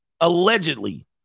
allegedly